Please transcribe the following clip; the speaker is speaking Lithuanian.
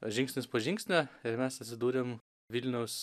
žingsnis po žingsnio ir mes atsidūrėm vilniaus